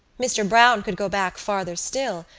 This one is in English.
mr. browne could go back farther still,